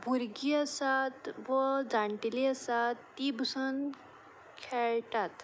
भुरगीं आसात व जाणटेली आसात ती बसून खेळटात